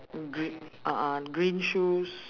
gre~ a'ah green shoes